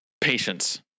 patience